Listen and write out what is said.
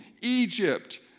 Egypt